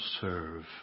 serve